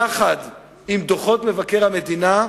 יחד עם דוחות מבקר המדינה,